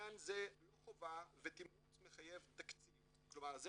"עניין זה לא חובה בתימרוץ מחייב תקציב" כלומר זו